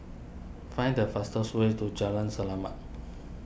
find the fastest way to Jalan Selamat